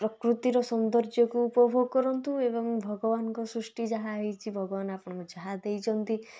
ପ୍ରକୃତିର ସୌନ୍ଦର୍ଯ୍ୟକୁ ଉପଭୋଗ କରନ୍ତୁ ଏବଂ ଭଗବାନଙ୍କ ସୃଷ୍ଟି ଯାହା ହେଇଛି ଭଗବାନ ଆପଣଙ୍କୁ ଯାହା ଦେଇଛନ୍ତି